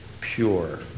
pure